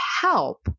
help